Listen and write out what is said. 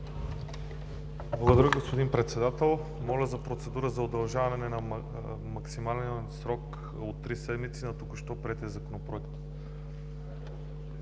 Благодаря, господин Председател. Моля за процедура за удължаване на максималния срок с три седмици на току-що приетия Законопроект.